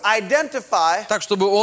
identify